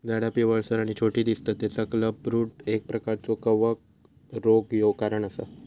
झाडा पिवळसर आणि छोटी दिसतत तेचा क्लबरूट एक प्रकारचो कवक रोग ह्यो कारण असा